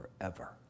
forever